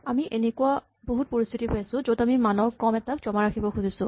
আমি এনেকুৱা বহুত পৰিস্হিতি পাইছো য'ত আমি মানৰ ক্ৰম এটাক জমা ৰাখিব খুজিছো